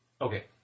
Okay